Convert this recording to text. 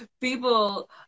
people